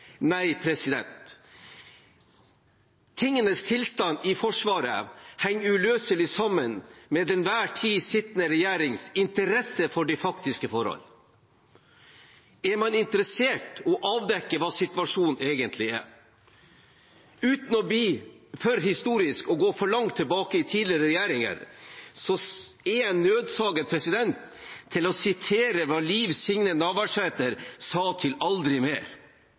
Nei, tingenes tilstand i Forsvaret henger uløselig sammen med den til enhver tid sittende regjerings interesse for de faktiske forhold. Er man interessert i å avdekke hva situasjonen egentlig er uten å bli for historisk og gå for langt tilbake til regjeringer, er jeg nødsaget til å sitere hva Liv Signe Navarsete sa til